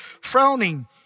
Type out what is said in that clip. frowning